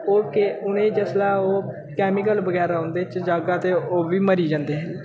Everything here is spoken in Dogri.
ओह् के उ'नें जिसलै ओह् कैमिकल बगैरा उंदे च जाह्गा ते ओह् बी मरी जंदे